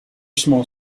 small